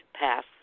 pass